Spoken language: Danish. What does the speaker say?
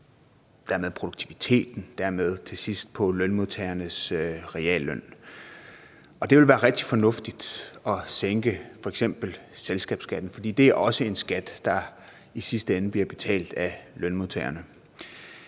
og derfor til sidst på lønmodtagernes realløn. Og det vil være rigtig fornuftigt at sænke f.eks. selskabsskatten, for det er også en skat, der i sidste ende bliver betalt af lønmodtagerne.